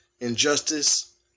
injustice